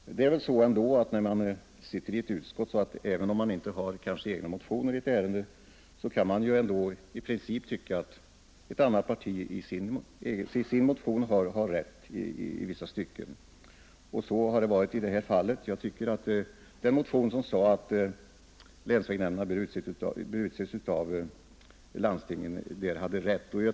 Herr talman! Herr Hjorth menade att jag kanske kände ett behov av att avge en röstförklaring. Även om man sitter i ett utskott och inte har egna motioner i ett ärende, kan man ju i princip tycka att ett annat parti i sin motion har rätt i vissa stycken. Så har det varit i detta fall. Jag tyckte att den motion, vari framhölls att länsvägnämnden bör utses av landstinget, hade rätt.